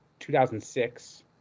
2006